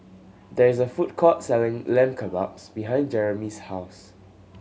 there is a food court selling Lamb Kebabs behind Jeremy's house